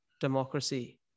democracy